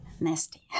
nasty